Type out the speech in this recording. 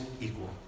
equal